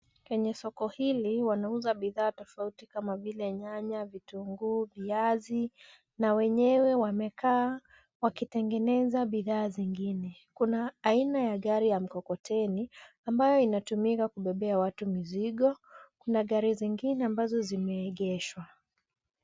Kwenye soko hili wanauza bidhaa tofauti kama vile nyanya, vitunguu, viazi na wenyewe wamekaa wakitengeneza bidhaa nyingine. Kuna aina ya gari ya mkokoteni ambayo inatumiwa kubebea watu mizigo na magari mengine ambayo yameegeshwa.